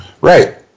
Right